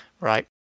right